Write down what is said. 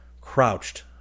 crouched